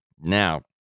Now